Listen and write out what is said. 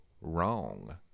wrong